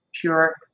pure